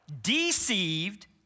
deceived